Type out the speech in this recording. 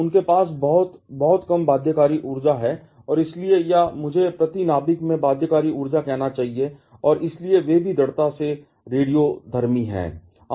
उनके पास बहुत बहुत कम बाध्यकारी ऊर्जा है और इसलिए या मुझे प्रति नाभिक में बाध्यकारी ऊर्जा कहना चाहिए और इसलिए वे भी दृढ़ता से रेडियोधर्मी हैं